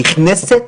נכנסת